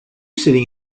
sitting